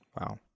Wow